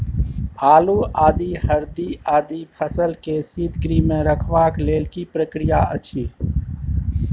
आलू, आदि, हरदी आदि फसल के शीतगृह मे रखबाक लेल की प्रक्रिया अछि?